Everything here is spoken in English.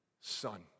son